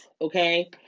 okay